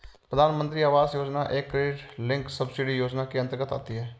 प्रधानमंत्री आवास योजना एक क्रेडिट लिंक्ड सब्सिडी योजना के अंतर्गत आती है